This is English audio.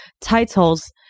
titles